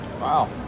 Wow